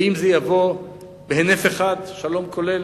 האם זה יבוא בהינף אחד, שלום כולל?